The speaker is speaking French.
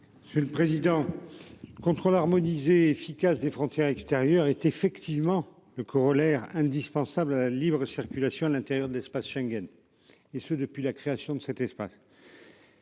Ministre. Le président. Contrôle harmoniser efficace des frontières extérieures est effectivement le corollaire indispensable à la libre-circulation à l'intérieur de l'espace Schengen et ce depuis la création de cet espace.